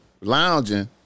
lounging